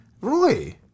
Roy